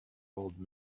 old